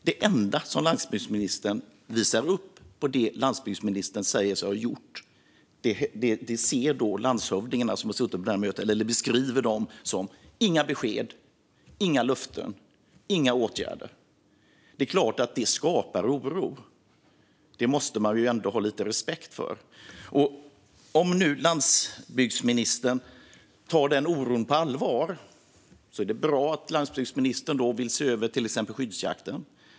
Det enda som landsbygdsministern visar upp av det han säger sig ha gjort beskriver landshövdingarna som har suttit på mötet som inga besked, inga löften och inga åtgärder. Det är klart att detta skapar oro. Det måste man ändå ha lite respekt för. Om nu landsbygdsministern tar denna oro på allvar är det bra att landsbygdsministern vill se över till exempel skyddsjakten.